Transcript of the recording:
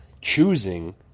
choosing